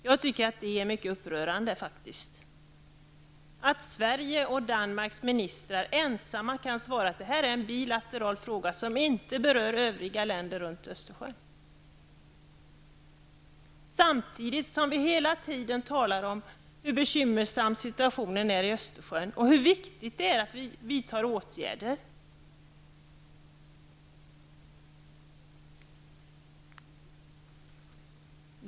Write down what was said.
Jag tycker att det är mycket upprörande att Sveriges och Danmarks ministrar ensamma kan svara att det här är en bilateral fråga, som inte berör övriga länder runt Östersjön. Samtidigt talar vi hela tiden om hur bekymmersam situationen är i Östersjön och hur viktigt det är att vi vidtar åtgärder.